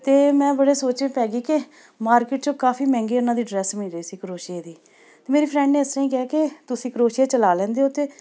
ਅਤੇ ਮੈਂ ਬੜੇ ਸੋਚੀਂ ਪੈ ਗਈ ਕਿ ਮਾਰਕੀਟ 'ਚੋਂ ਕਾਫੀ ਮਹਿੰਗੀ ਉਹਨਾਂ ਦੀ ਡਰੈਸ ਮਿਲ ਰਹੀ ਸੀ ਕਰੋਸ਼ੀਏ ਦੀ ਅਤੇ ਮੇਰੀ ਫਰੈਂਡ ਨੇ ਇਸ ਤਰ੍ਹਾਂ ਹੀ ਕਿਹਾ ਕਿ ਤੁਸੀਂ ਕਰੋਸ਼ੀਆ ਚਲਾ ਲੈਂਦੇ ਹੋ ਤਾਂ